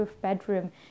bedroom